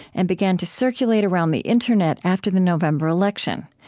and began to circulate around the internet after the november election.